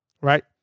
right